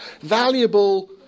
valuable